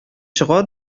чыга